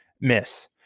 miss